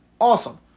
awesome